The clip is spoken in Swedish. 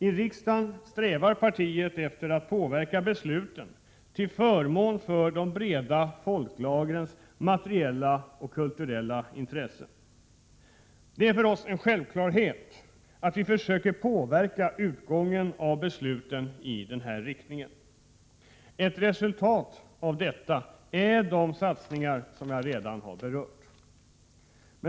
I riksdagen strävar partiet efter att påverka besluten till förmån för de breda folklagrens materiella och kulturella intressen. Det är för oss en självklarhet att vi försöker påverka utgången av besluten i denna riktning. Ett resultat av detta är de satsningar som jag redan har berört.